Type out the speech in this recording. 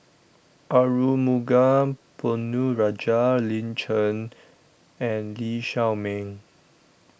Arumugam Ponnu Rajah Lin Chen and Lee Shao Meng